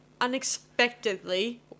unexpectedly